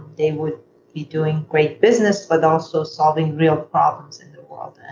they would be doing great business, but also solving real problems in the world